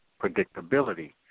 predictability